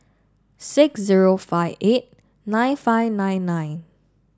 six zero five eight nine five nine nine